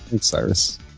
Cyrus